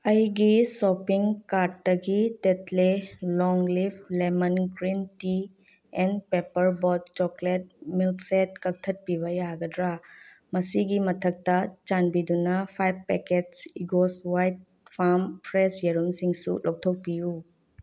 ꯑꯩꯒꯤ ꯁꯣꯄꯤꯡ ꯀꯥꯔꯠꯇꯒꯤ ꯇꯦꯠꯂꯦ long leaf lemon green tea and paper boat chocolate milk shake ꯀꯛꯊꯠꯄꯤꯕ ꯌꯥꯒꯗ꯭ꯔꯥ ꯃꯁꯤꯒꯤ ꯃꯊꯛꯇ ꯆꯥꯟꯕꯤꯗꯨꯅ five packets Eggoz white farm fresh ꯌꯦꯔꯨꯝꯁꯤꯡꯁꯨ ꯂꯧꯊꯣꯛꯄꯤꯌꯨ